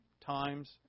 Times